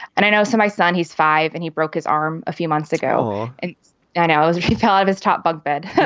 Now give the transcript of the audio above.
and i know. so my son, he's five and he broke his arm a few months ago and and he fell off his top bunk bed,